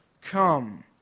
come